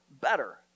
better